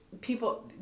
people